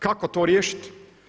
Kako to riješiti?